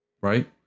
Right